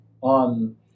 on